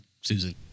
Susan